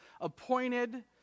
appointed